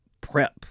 prep